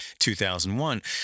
2001